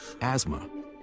asthma